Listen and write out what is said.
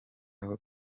aho